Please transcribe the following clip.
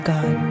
God